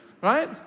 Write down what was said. Right